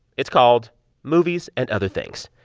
it's called movies and other things.